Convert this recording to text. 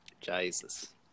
jesus